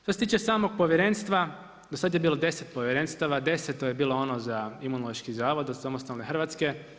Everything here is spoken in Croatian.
Što se tiče samog povjerenstva, do sada je bilo 10 povjerenstava, 10 je bilo ono za Imunološki zavod od samostalne Hrvatske.